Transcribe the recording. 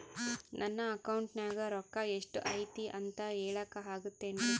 ನನ್ನ ಅಕೌಂಟಿನ್ಯಾಗ ರೊಕ್ಕ ಎಷ್ಟು ಐತಿ ಅಂತ ಹೇಳಕ ಆಗುತ್ತೆನ್ರಿ?